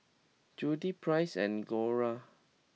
Judyth Price and Gloria